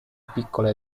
piccole